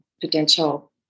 potential